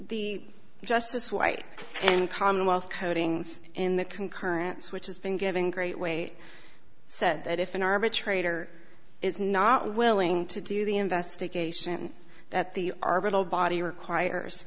the justice white and commonwealth codings in the concurrence which is being given great weight said that if an arbitrator is not willing to do the investigation that the article body requires